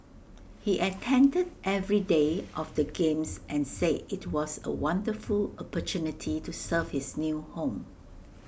he attended every day of the games and say IT was A wonderful opportunity to serve his new home